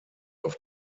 auf